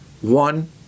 one